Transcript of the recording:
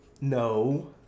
no